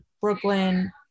brooklyn